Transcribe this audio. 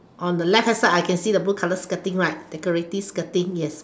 on the left hand side I can see the blue color skirting right decorative skirting yes